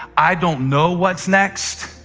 i don't know what's next.